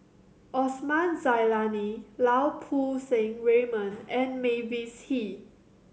Osman Zailani Lau Poo Seng Raymond and Mavis Hee